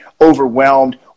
overwhelmed